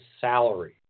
salary